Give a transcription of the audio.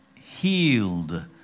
healed